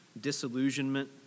disillusionment